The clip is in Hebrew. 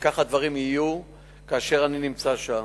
וכך הדברים יהיו כאשר אני נמצא שם.